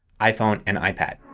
iphone, and ipad.